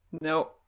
no